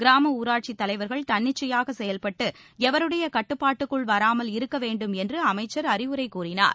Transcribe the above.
கிராம ஊராட்சித் தலைவர்கள் தன்னிச்சையாக செயல்பட்டு எவருடைய கட்டுப்பாட்டுக்கும் வராமல் இருக்க வேண்டும் என்று அமைச்சர் அறிவுரை கூறினார்